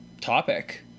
topic